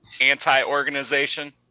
anti-organization